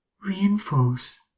reinforce